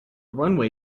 runway